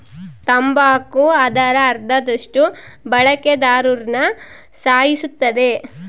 ತಂಬಾಕು ಅದರ ಅರ್ಧದಷ್ಟು ಬಳಕೆದಾರ್ರುನ ಸಾಯಿಸುತ್ತದೆ